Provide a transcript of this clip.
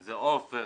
זה עופר,